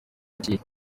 ikihe